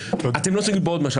אתם לא מסוגלים בעוד משל,